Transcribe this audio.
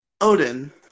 Odin